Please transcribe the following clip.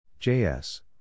JS